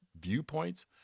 viewpoints